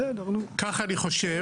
כך אני חושב.